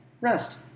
Rest